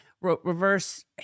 reverse